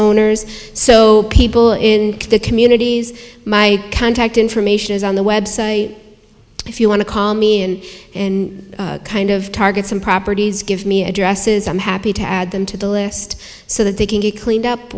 owners so people in the communities my contact information is on the website if you want to call me and kind of target some properties give me addresses i'm happy to add them to the list so that they can be cleaned up